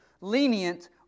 lenient